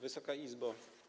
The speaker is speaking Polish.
Wysoka Izbo!